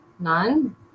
none